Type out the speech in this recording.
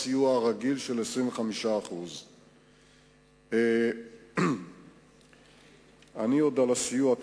מעל הסיוע הרגיל של 25%. אני אחזור עוד אל הסיוע.